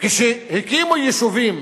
כשהקימו יישובים